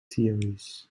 theories